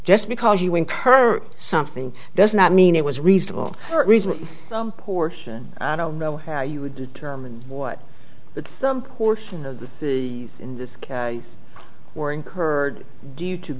just because you incur something does not mean it was reasonable reason some portion i don't know how you would determine what the some portion of that in this case were incurred due to